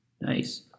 Nice